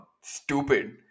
stupid